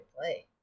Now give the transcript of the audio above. play